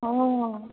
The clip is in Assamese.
অঁ